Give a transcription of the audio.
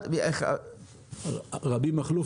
הבנקים מתפלגים.